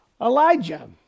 Elijah